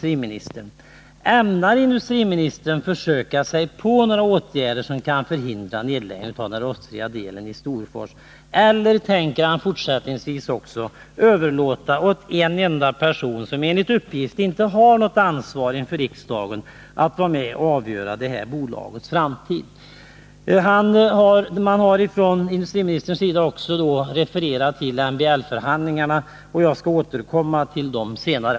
Industriministern hänvisar i svaret till MBL-förhandlingarna, och jag skall återkomma till dem senare.